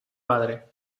padre